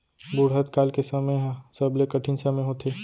बुढ़त काल के समे ह सबले कठिन समे होथे